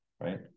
right